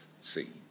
scene